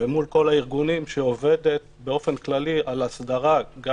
ומול כל הארגונים שעובדת באופן כללי על הסדרה גם